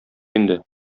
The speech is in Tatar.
инде